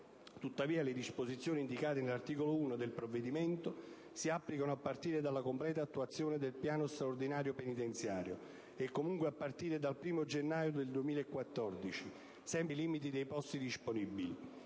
Tuttavia, le disposizioni indicate nell'articolo 1 del provvedimento si applicano a partire dalla completa attuazione del piano straordinario penitenziario e, comunque, a partire dal 1° gennaio 2014, sempre nei limiti dei posti disponibili.